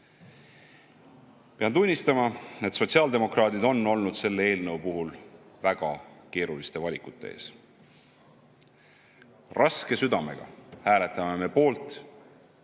Pean tunnistama, et sotsiaaldemokraadid on olnud selle eelnõu puhul väga keeruliste valikute ees. Raske südamega hääletame me poolt,